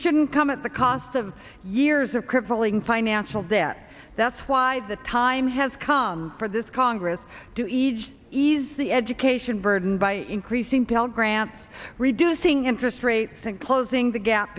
shouldn't come at the cost of years of crippling financial debt that's why the time has come for this congress to ejb ease the education burden by increasing pell grants reducing interest rates and closing the gap